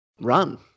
run